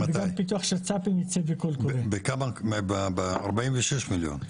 פיתוח שצ"פים ו --- ב-46 מיליון.